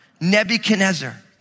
Nebuchadnezzar